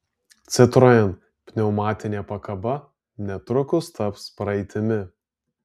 citroen pneumatinė pakaba netrukus taps praeitimi